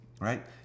right